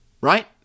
right